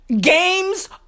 Games